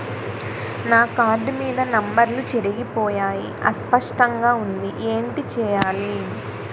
నా కార్డ్ మీద నంబర్లు చెరిగిపోయాయి అస్పష్టంగా వుంది ఏంటి చేయాలి?